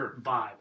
vibe